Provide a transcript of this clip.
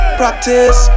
practice